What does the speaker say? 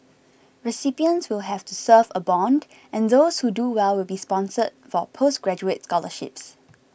recipients will have to serve a bond and those who do well will be sponsored for postgraduate scholarships